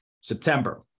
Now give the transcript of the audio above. September